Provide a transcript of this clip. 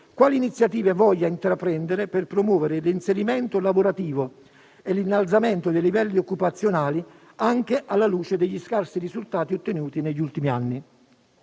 quali iniziative voglia intraprendere per promuovere il reinserimento lavorativo e l'innalzamento dei livelli occupazionali, anche alla luce degli scarsi risultati ottenuti negli ultimi anni.